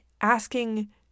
asking